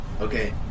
Okay